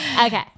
okay